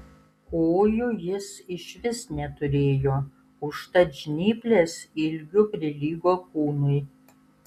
kojų jis išvis neturėjo užtat žnyplės ilgiu prilygo kūnui